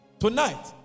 Tonight